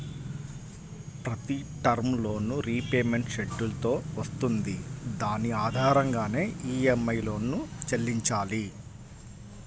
ప్రతి term loan repayment schedule తో వస్తుంది దాని ఆధారంగానే ఈఎంఐలను చెల్లించాలి